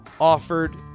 offered